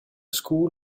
school